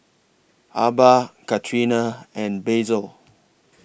Arba Katerina and Basil